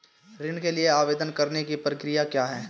ऋण के लिए आवेदन करने की प्रक्रिया क्या है?